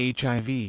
hiv